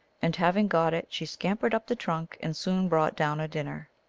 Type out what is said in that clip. and having got it she scampered up the trunk, and soon brought down a dinner.